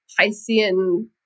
Piscean